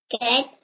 Good